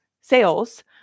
sales